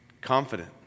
confident